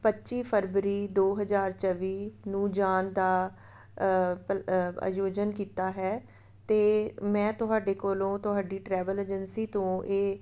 ਪੱਚੀ ਫਰਵਰੀ ਦੋ ਹਜ਼ਾਰ ਚੌਵੀ ਨੂੰ ਜਾਣ ਦਾ ਪਲ ਆਯੋਜਨ ਕੀਤਾ ਹੈ ਅਤੇ ਮੈਂ ਤੁਹਾਡੇ ਕੋਲੋਂ ਤੁਹਾਡੀ ਟਰੈਵਲ ਏਜੰਸੀ ਤੋਂ ਇਹ